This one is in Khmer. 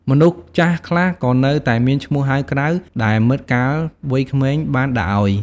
មនុស្សចាស់ខ្លះក៏នៅតែមានឈ្មោះហៅក្រៅ ដែលមិត្តកាលវ័យក្មេងបានដាក់ឲ្យ។